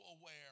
aware